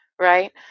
right